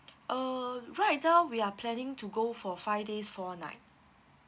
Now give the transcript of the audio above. uh right now we are planning to go for five days four night